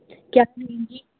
کیسا لیں گی